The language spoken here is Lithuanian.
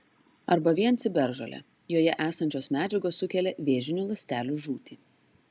arba vien ciberžole joje esančios medžiagos sukelia vėžinių ląstelių žūtį